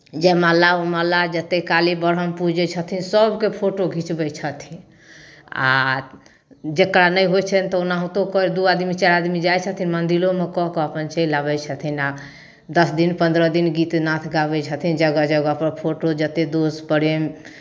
जयमाला उमाला जतेक काली ब्रह्म पूजै छथिन सभके फोटो घिचबै छथिन आ जकरा नहि होइ छनि तऽ ओनाहुतो दू आदमी चारि आदमी जाइ छथिन मन्दिरोमे कऽ कऽ अपन चलि आबै छथिन आ दस दिन पन्द्रह दिन गीत नाथ गाबै छथिन जगह जगहपर फोटो जतेक दोस प्रेम